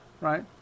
right